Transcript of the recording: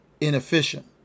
inefficient